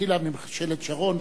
התחילה בזה ממשלת שרון,